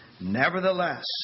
Nevertheless